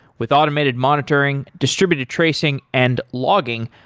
with automated monitoring, distributed tracing and logging,